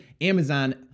Amazon